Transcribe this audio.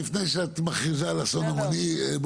לפני שאת מכריזה על אסון המוני,